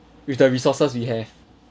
with the resources we have